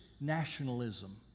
nationalism